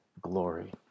glory